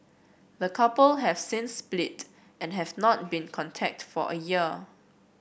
the couple have since split and have not been contact for a year